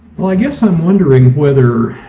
well i guess i'm wondering whether